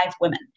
women